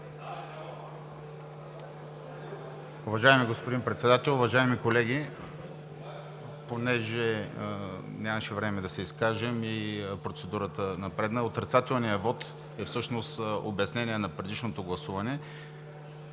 Уважаеми господин Председател, уважаеми колеги! Понеже нямаше време да се изкажем и процедурата напредна, отрицателният вот е всъщност за обяснение на предишното гласуване.